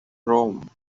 rome